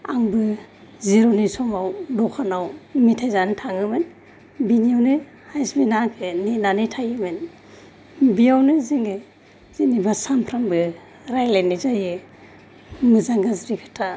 आंबो जिर'नि समाव मेथाय जानो थाङोमोन बिनियावनो हासबेना आंखो नेनानै थायोमोन बियावनो जोङो जेनेबा सामफ्रामबो रायज्लायनाय जायो मोजां गाज्रि खोथा